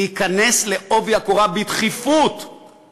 להיכנס בעובי הקורה בדחיפות,